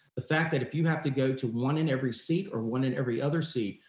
the fact that if you have to go to one in every seat or one in every other seat,